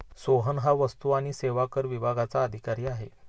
सोहन हा वस्तू आणि सेवा कर विभागाचा अधिकारी आहे